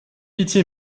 pitié